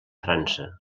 frança